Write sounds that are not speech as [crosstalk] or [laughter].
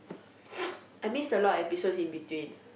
[noise] I miss a lot of episodes in between